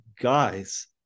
guys